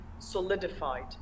solidified